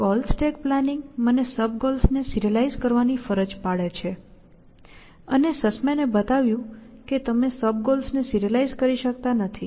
goal stack planning મને sub ગોલ્સને serialize કરવાની ફરજ પાડે છે અને સસ્મેન એ બતાવ્યું કે તમે સબ ગોલને સિરીઅલાઈઝ કરી શકતા નથી